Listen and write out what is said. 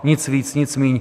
Nic víc, nic míň.